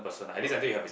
okay